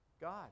God